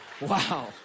Wow